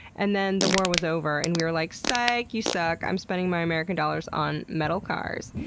and then the war was over and we were like, psych! you suck! i'm spending my american dollars on metal cars,